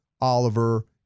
Oliver